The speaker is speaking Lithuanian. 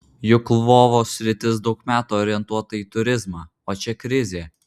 juk lvovo sritis daug metų orientuota į turizmą o čia krizė